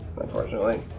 unfortunately